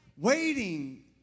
Waiting